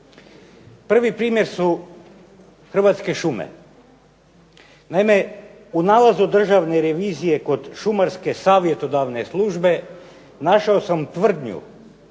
Prvi primjer su Hrvatske šume. Naime, u nalazu Državne revizije kod Šumarske savjetodavne službe našao sam tvrdnju